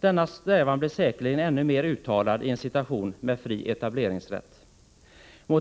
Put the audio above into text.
Denna strävan blir säkerligen ännu mer uttalad i en situation med fri etableringsrätt. Det